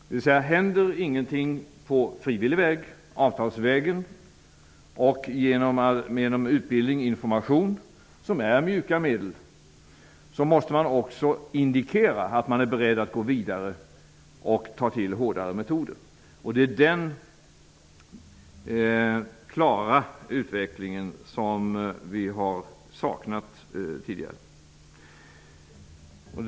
Om ingenting händer på frivillig väg, avtalsvägen, och genom utbildning och information, som är mjuka medel, måste vi också indikera att vi är beredda att gå vidare och ta till hårdare metoder. Vi har tidigare saknat den utvecklingen.